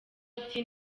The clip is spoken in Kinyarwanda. ati